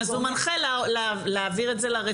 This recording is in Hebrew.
אז הוא מנחה להעביר את זה לרפרנט.